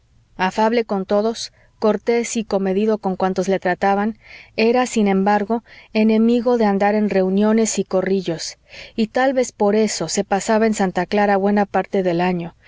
afable con todos cortés y comedido con cuantos le trataban era sin embargo enemigo de andar en reuniones y corrillos y tal vez por eso se pasaba en santa clara buena parte del año